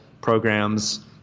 programs